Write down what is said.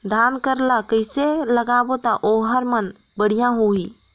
धान कर ला कइसे लगाबो ता ओहार मान बेडिया होही?